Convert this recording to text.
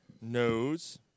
knows